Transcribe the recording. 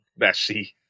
Messi